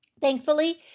Thankfully